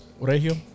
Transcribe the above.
Regio